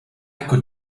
could